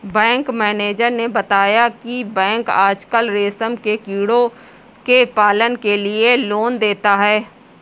bank manager ने बताया की बैंक आजकल रेशम के कीड़ों के पालन के लिए लोन देता है